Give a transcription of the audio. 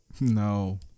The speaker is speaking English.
No